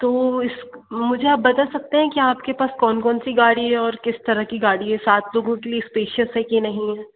तो इसक मुझे आप बता सकते हैं कि आपके पास कौन कौन सी गाड़ी है और किस तरह की गाड़ी है सात लोगों के लिए इस्पेशियस है कि नहीं